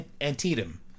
Antietam